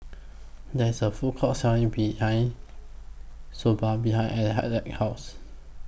There IS A Food Court Selling behind Soba behind Alec Alec's House